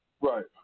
Right